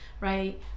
right